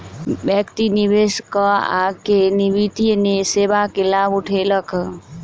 व्यक्ति निवेश कअ के वित्तीय सेवा के लाभ उठौलक